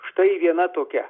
štai viena tokia